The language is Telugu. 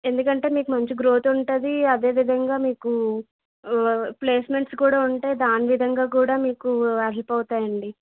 ఎందుకంటే మీకు మంచి గ్రోత్ ఉంటుంది అదే విధంగా మీకు ప్లేస్మెంట్స్ కూడా ఉంటాయి దాని విధంగా కూడా మీకు హెల్ప్ అవుతాయండి